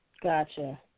Gotcha